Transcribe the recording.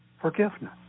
forgiveness